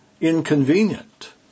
inconvenient